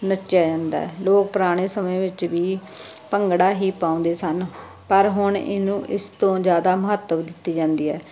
ਨੱਚਿਆ ਜਾਂਦਾ ਲੋਕ ਪੁਰਾਣੇ ਸਮੇਂ ਵਿੱਚ ਵੀ ਭੰਗੜਾ ਹੀ ਪਾਉਂਦੇ ਸਨ ਪਰ ਹੁਣ ਇਹਨੂੰ ਇਸ ਤੋਂ ਜ਼ਿਆਦਾ ਮਹੱਤਵ ਦਿੱਤੀ ਜਾਂਦੀ ਹੈ